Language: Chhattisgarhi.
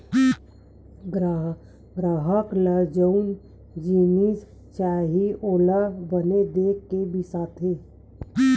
गराहक ल जउन जिनिस चाही ओला बने देख के बिसाथे